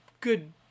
good